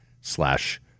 slash